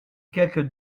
quelque